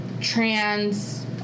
trans